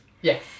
Yes